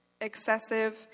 excessive